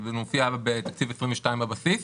זה מופיע בתקציב 2022 בבסיס.